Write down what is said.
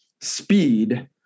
Speed